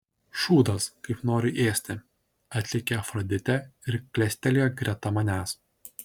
šūdas kaip noriu ėsti atlėkė afroditė ir klestelėjo greta manęs